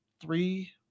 three